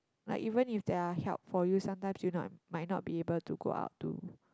like even if there are help for you sometimes you not might not be able to go out to